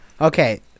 Okay